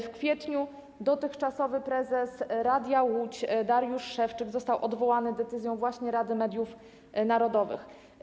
W kwietniu dotychczasowy prezes Radia Łódź Dariusz Szewczyk został odwołany decyzją właśnie Rady Mediów Narodowych.